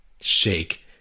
shake